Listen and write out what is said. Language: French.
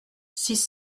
six